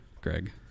Greg